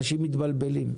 אנשים מתבלבלים,